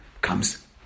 comes